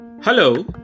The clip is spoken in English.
Hello